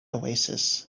oasis